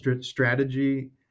strategy